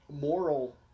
moral